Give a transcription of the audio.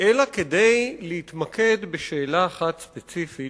אלא כדי להתמקד בשאלה אחת ספציפית,